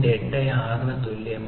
86 ന് തുല്യമാണ്